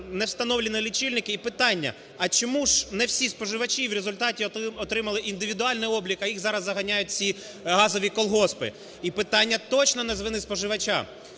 не встановлено лічильники. І питання: а чому ж не всі споживачі в результаті отримали індивідуальний облік, а їх зараз заганяють в ці газові колгоспи? І питання точно не з вини споживача.